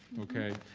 okay?